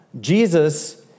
Jesus